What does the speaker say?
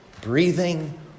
breathing